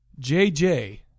JJ